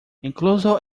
incluso